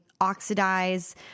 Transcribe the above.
oxidize